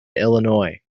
illinois